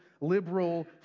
liberal